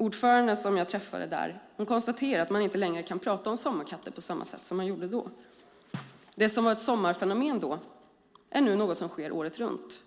Ordföranden som jag träffade konstaterade att man inte längre kan tala om sommarkatter på samma sätt som tidigare. Det som då var ett sommarfenomen är nu något som sker året runt.